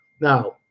Now